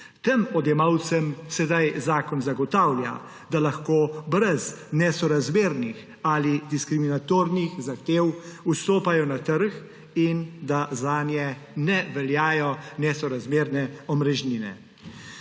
Tem odjemalcem sedaj zakon zagotavlja, da lahko brez nesorazmernih ali diskriminatornih zahtev vstopajo na trg in da zanje ne veljajo nesorazmerne omrežnine.